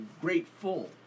grateful